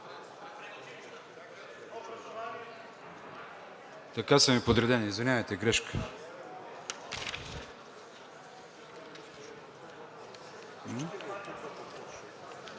Така са ми подредени, извинявайте, грешка.